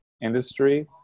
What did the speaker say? industry